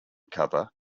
cover